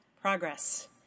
Progress